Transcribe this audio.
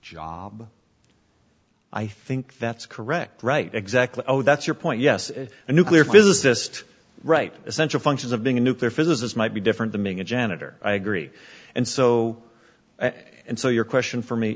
job i think that's correct right exactly oh that's your point yes if the nuclear physicist right essential functions of being a nuclear physicist might be different the ming a janitor i agree and so and so your question for me